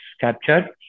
captured